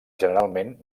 generalment